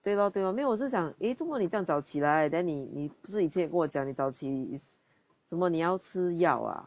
对 lor 对 lor 没有我是想 eh 做么你这样早起来 then 你你不是一前你跟我讲你早起 is 怎么你要吃药啊